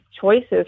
choices